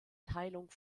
teilung